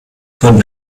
von